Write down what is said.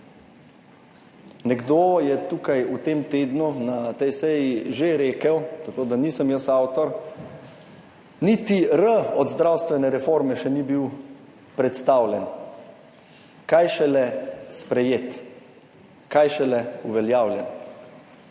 Nekdo je tukaj v tem tednu na tej seji že rekel, tako da nisem jaz avtor, niti R od zdravstvene reforme še ni bil predstavljen, kaj šele sprejet, kaj šele uveljavljen,